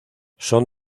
son